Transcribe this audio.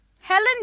Helen